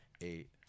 eight